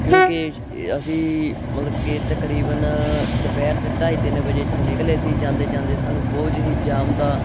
ਕਿਉਂਕਿ ਇਸ ਅਸੀਂ ਮਤਲਬ ਕੇ ਤਕਰੀਬਨ ਦੁਪਹਿਰ ਦੇ ਢਾਈ ਤਿੰਨ ਵਜੇ ਇੱਥੋਂ ਨਿਕਲੇ ਸੀ ਜਾਂਦੇ ਜਾਂਦੇ ਸਾਨੂੰ ਬੋਝ ਹੀ ਜਾਮ ਦਾ